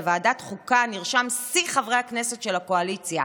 בוועדת חוקה נרשם שיא חברי הכנסת של הקואליציה.